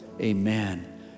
Amen